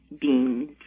beans